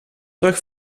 terug